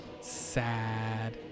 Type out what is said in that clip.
Sad